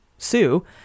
sue